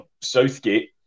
Southgate